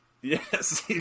Yes